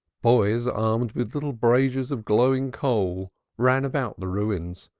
boys armed with little braziers of glowing coal ran about the ruins,